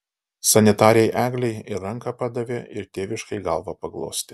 sanitarei eglei ir ranką padavė ir tėviškai galvą paglostė